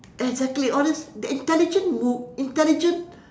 exactly all these the intelligent mov~ intelligent